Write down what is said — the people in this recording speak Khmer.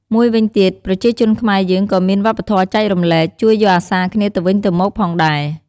មួយវិញទៀតប្រជាជនខ្មែរយើងក៏មានវប្បធម៌ចែករំលែក ជួយយកអាសាគ្នាទៅវិញទៅមកផងដែរ។